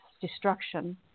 destruction